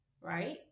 Right